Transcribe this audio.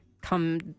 come